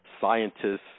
scientists